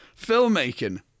filmmaking